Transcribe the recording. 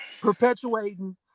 perpetuating